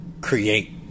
create